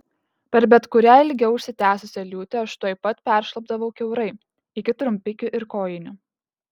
per bet kurią ilgiau užsitęsusią liūtį aš tuoj pat peršlapdavau kiaurai iki trumpikių ir kojinių